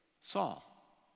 Saul